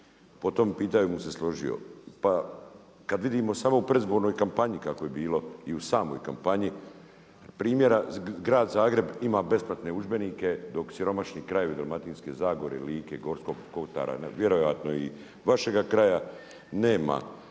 po tom pitanju bi se složio. Pa kada vidimo samo u predizbornoj kampanji kako je bilo i u samoj kampanji, primjer, grad Zagreb ima besplatne udžbenike dok siromašni krajevi Dalmatinske zagore, Like, Gorskog kotara vjerojatno i vašega kraja nema